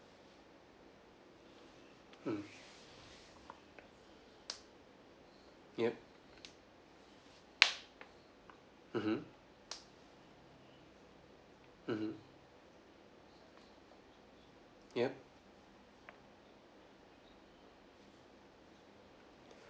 mm yup mmhmm mmhmm yup